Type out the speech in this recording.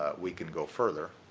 ah we can go further,